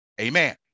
amen